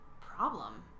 problem